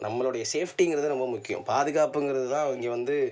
நம்மளுடைய சேஃப்டிங்கிறது ரொம்ப முக்கியம் பாதுகாப்புங்கிறது தான் இங்கே வந்து